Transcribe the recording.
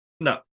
no